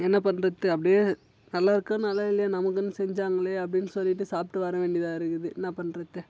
என்ன பண்ணுறது அப்படியே நல்லாயிருக்கோ நல்லாயில்லையோ நமக்குன்னு செஞ்சாங்களே அப்படின்னு சொல்லிட்டு சாப்பிட்டு வரவேண்டியதாக இருக்குது என்ன பண்ணுறது